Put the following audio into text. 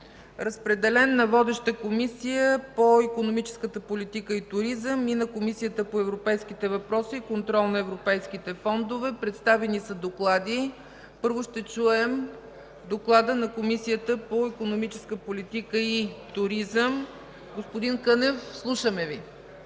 Разпределен е на водещата Комисия по икономическа политика и туризъм и на Комисията по европейските въпроси и контрол на европейските фондове. Представени са доклади. Първо ще чуем доклада на Комисията по икономическа политика и туризъм. Господин Кънев, слушаме Ви.